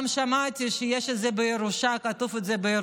גם שמעתי שיש את זה בירושה, זה כתוב בירושה.